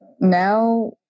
now